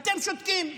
אתם שותקים.